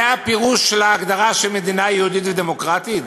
זה הפירוש של ההגדרה של מדינה יהודית ודמוקרטית?